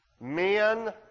men